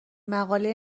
مقاله